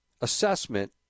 assessment